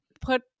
put